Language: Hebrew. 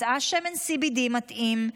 מצאה שמן CBD מתאים,